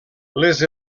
les